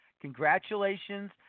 Congratulations